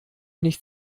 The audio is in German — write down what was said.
nicht